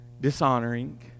dishonoring